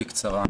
בבקשה.